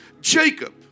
Jacob